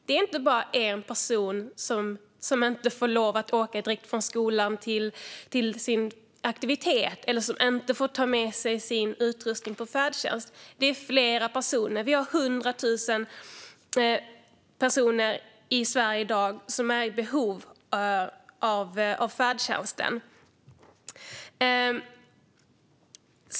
Det handlar inte bara om en enda person som inte får åka direkt från skolan till sin aktivitet eller som inte får ta med sig sin utrustning med färdtjänsten - detta gäller flera personer. Hundra tusen personer i Sverige är i dag i behov av färdtjänst.